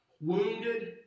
wounded